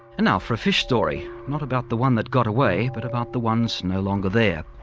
and now for a fish story. not about the one that got away, but about the ones no longer there.